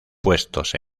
puestos